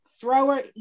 Thrower